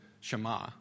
Shema